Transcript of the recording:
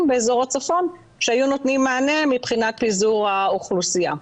באזור הצפון שהיו נותנים מענה מבחינת פיזור האוכלוסייה.